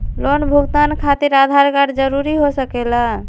Loan भुगतान खातिर Aadhaar card जरूरी हो सके ला?